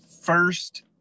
first